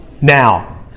now